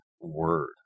word